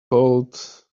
cold